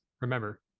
Remember